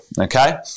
Okay